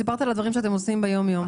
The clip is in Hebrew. סיפרת על הדברים שאתם עושים ביום-יום.